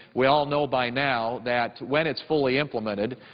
we all know by now that when it's fully implemented,